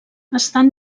estan